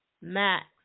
Max